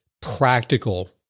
practical